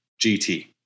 GT